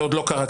זה עוד לא קרה.